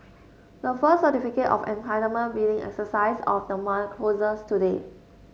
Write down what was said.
the first Certificate of Entitlement bidding exercise of the month closes today